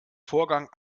vorgang